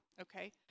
okay